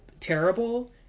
terrible